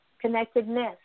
connectedness